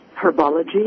herbology